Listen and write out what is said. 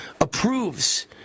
approves